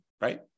Right